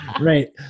right